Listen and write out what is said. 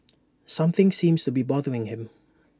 something seems to be bothering him